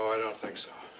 ah don't think so.